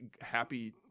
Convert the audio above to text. happy